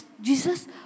Jesus